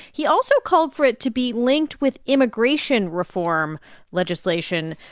he also called for it to be linked with immigration reform legislation,